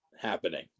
happening